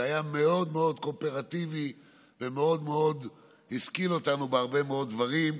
שהיה מאוד מאוד קואופרטיבי ומאוד מאוד השכיל אותנו בהרבה דברים,